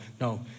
no